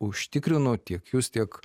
užtikrinu tiek jus tiek